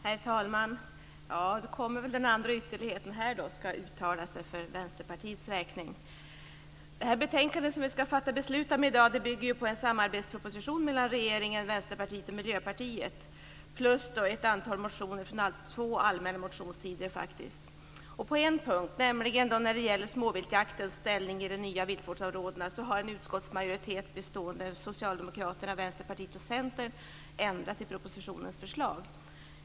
Herr talman! Då kommer väl den andra ytterligheten här och ska uttala sig för Vänsterpartiets räkning. Det betänkande som vi ska fatta beslut om i dag bygger på en samarbetsproposition mellan regeringen, Vänsterpartiet och Miljöpartiet plus ett antal motioner från två allmänna motionstider. På en punkt, nämligen när det gäller småviltsjaktens ställning i de nya viltvårdsområdena, har en utskottsmajoritet bestående av Socialdemokraterna, Vänsterpartiet och Centern ändrat i propositionens förslag.